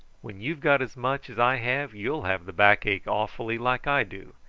when you've got as much as i have you'll have the back-ache awfully, like i do.